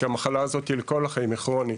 כי המחלה הזו היא לכל החיים, היא כרונית